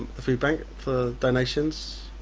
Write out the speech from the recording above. the food bank, for donations?